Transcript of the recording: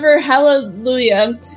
hallelujah